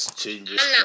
changes